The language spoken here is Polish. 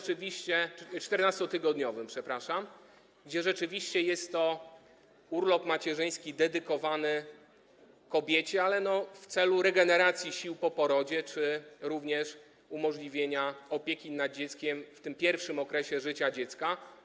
14-tygodniowym, przepraszam, kiedy rzeczywiście jest to urlop macierzyński dedykowany kobiecie, ale w celu regeneracji sił po porodzie czy również umożliwienia opieki nad dzieckiem w pierwszym okresie życia dziecka.